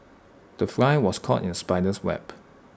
the fly was caught in spider's web